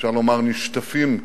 אפשר לומר, נשטפים הצדה.